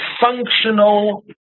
functional